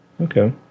Okay